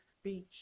speech